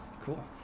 cool